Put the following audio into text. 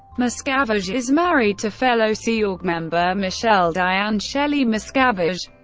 miscavige is married to fellow sea org member michele diane shelly miscavige,